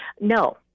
no